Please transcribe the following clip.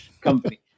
company